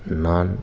நான்